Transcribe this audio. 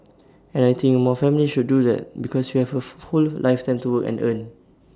and I think more families should do that because you have A full whole lifetime to work and earn